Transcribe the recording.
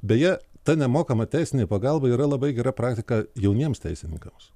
beje ta nemokama teisinė pagalba yra labai gera praktika jauniems teisininkams